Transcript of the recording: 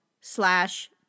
slash